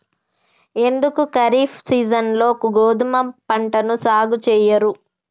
ఎందుకు ఖరీఫ్ సీజన్లో గోధుమ పంటను సాగు చెయ్యరు?